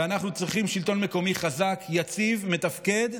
ואנחנו צריכים שלטון מקומי חזק, יציב, מתפקד,